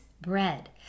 bread